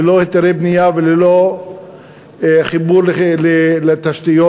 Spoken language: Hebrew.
ללא היתרי בנייה וללא חיבור לתשתיות,